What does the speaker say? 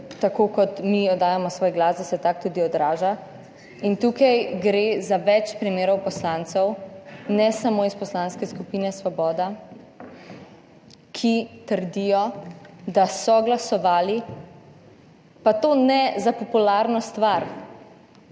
tako kot mi oddajamo svoj glas, da se tak tudi odraža. Tukaj gre za več primerov poslancev, ne samo iz Poslanske skupine Svoboda, ki trdijo, da so glasovali. Pa to ne za popularno stvar.